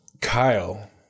Kyle